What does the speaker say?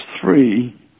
three